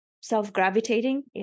self-gravitating